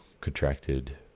contracted